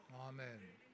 Amen